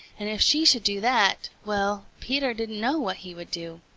and if she should do that well, peter didn't know what he would do.